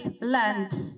land